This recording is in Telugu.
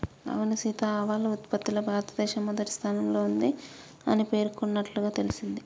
అవును సీత ఆవాల ఉత్పత్తిలో భారతదేశం మొదటి స్థానంలో ఉంది అని పేర్కొన్నట్లుగా తెలింది